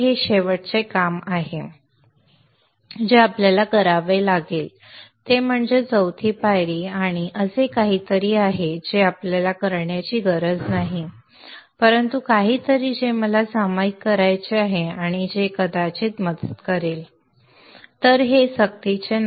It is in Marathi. एक शेवटचे काम आहे जे आपल्याला करावे लागेल ते म्हणजे चौथी पायरी आणि ते असे काहीतरी आहे जे आपल्याला करण्याची गरज नाही परंतु काहीतरी जे सामायिक करायचे आहे आणि जे कदाचित मदत करेल तर हे सक्तीचे नाही